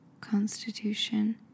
constitution